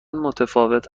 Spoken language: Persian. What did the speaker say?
متفاوت